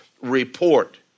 report